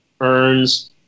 earns